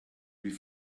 wie